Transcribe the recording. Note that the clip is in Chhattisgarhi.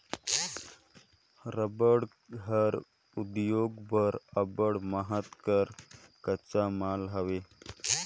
रबड़ हर उद्योग बर अब्बड़ महत कर कच्चा माल हवे